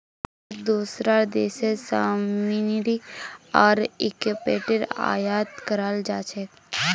भारतत दूसरा देश स मशीनरी आर इक्विपमेंट आयात कराल जा छेक